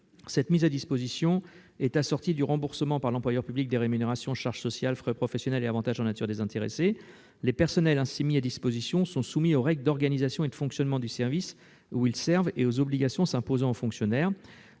Cette mise à disposition est assortie du remboursement, par l'employeur public, des rémunérations, charges sociales, frais professionnels et avantages en nature des intéressés. Les personnels ainsi mis à disposition sont soumis aux règles d'organisation et de fonctionnement du service où ils servent et aux obligations s'imposant aux fonctionnaires.